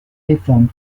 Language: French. réformes